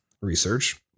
research